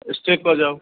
स्टे कऽ जाउ